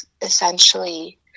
essentially